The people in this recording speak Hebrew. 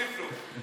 תוסיף לו זמן.